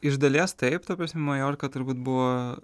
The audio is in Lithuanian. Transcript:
iš dalies taip ta prasme maljorka turbūt buvo